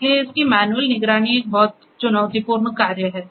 इसलिए इसकी मैन्युअल निगरानी एक बहुत चुनौतीपूर्ण कार्य है